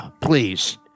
please